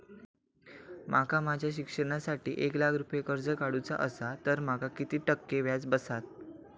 माका माझ्या शिक्षणासाठी एक लाख रुपये कर्ज काढू चा असा तर माका किती टक्के व्याज बसात?